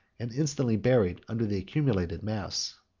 and instantly buried under the accumulated mass.